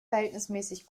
verhältnismäßig